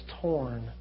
torn